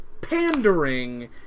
pandering